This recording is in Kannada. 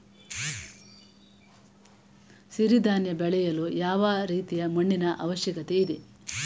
ಸಿರಿ ಧಾನ್ಯ ಬೆಳೆಯಲು ಯಾವ ರೀತಿಯ ಮಣ್ಣಿನ ಅವಶ್ಯಕತೆ ಇದೆ?